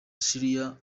syria